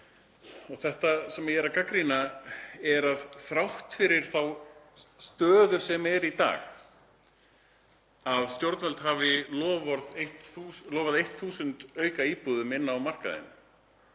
Þetta sem ég er að gagnrýna er að þrátt fyrir þá stöðu sem er í dag, að stjórnvöld hafi lofaði 1.000 auka íbúðum inn á markaðinn